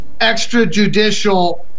extrajudicial